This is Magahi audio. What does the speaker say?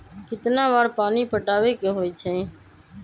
कितना बार पानी पटावे के होई छाई?